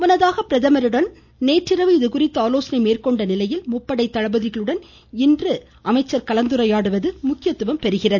முன்னதாக பிரதமரிடம் நேற்றிரவு இதுகுறித்து ஆலோசனை மேற்கொண்ட நிலையில் முப்படை தளபதிகளுடன் இன்று கலந்துரையாடுவது முக்கியத்துவம் பெறுகிறது